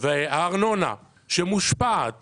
באפריל והארנונה שמושפעת